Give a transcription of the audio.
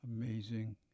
Amazing